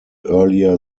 earlier